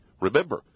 Remember